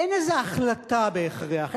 אין איזו החלטה בהכרח,